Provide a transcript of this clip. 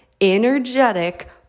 energetic